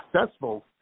successful